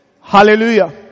Hallelujah